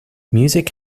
music